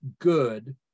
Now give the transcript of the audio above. good